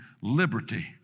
liberty